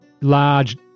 large